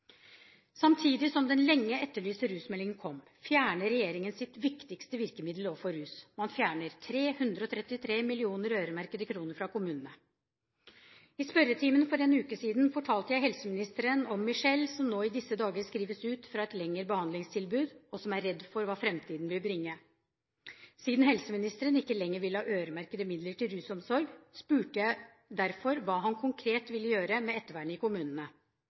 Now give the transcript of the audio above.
Samtidig som den lenge etterlyste rusmeldingen kom, fjerner regjeringen sitt viktigste virkemiddel overfor rus; man fjerner 333 mill. øremerkede kroner fra kommunene. I spørretimen for en uke siden fortalte jeg helseministeren om Michelle, som nå i disse dager skrives ut fra et lengre behandlingstilbud, og som er redd for hva fremtiden vil bringe. Siden helseministeren ikke lenger vil ha øremerkede midler til rusomsorg, spurte jeg derfor hva han konkret ville gjøre med ettervernet i kommunene.